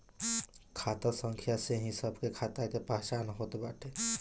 खाता संख्या से ही सबके खाता के पहचान होत बाटे